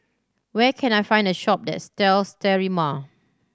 where can I find a shop that sells Sterimar